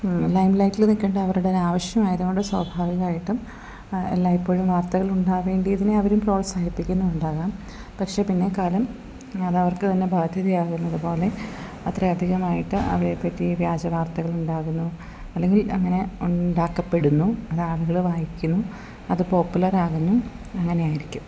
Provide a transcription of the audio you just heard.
lime ലൈറ്റിൽ നിൽക്കേണ്ട അവരുടെ ഒരു ആവശ്യമായതു കൊണ്ട് സ്വാഭാവികമായിട്ടും എല്ലായ്പ്പോഴും വാർത്തകൾ ഉണ്ടാവേണ്ടിയതിനെ അവരും പ്രോത്സാഹിപ്പിക്കുന്നുണ്ടാകാം പക്ഷെ പിന്നേക്കാലം അത് അവർക്ക് തന്നെ ബാധ്യതയാകുന്നത് പോലെ അത്ര അധികമായിട്ട് അവയെ പറ്റി വ്യാജ വാർത്തകൾ ഉണ്ടാകുന്നു അല്ലെങ്കിൽ അങ്ങനെ ഉണ്ടാക്കപ്പെടുന്നു അത് ആളുകൾ വായിക്കുന്നു അത് പോപ്പുലർ ആകുന്നു അങ്ങനെ ആയിരിക്കും